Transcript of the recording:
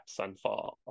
sunfall